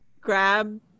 grab